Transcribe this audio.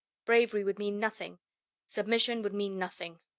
bravery would mean nothing submission would mean nothing.